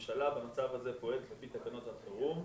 שהממשלה במצב הזה פועלת לפי תקנות החירום,